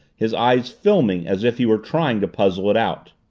his eyes filming, as if he were trying to puzzle it out.